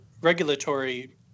regulatory